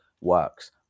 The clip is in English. works